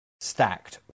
stacked